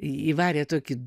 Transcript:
įvarė tokį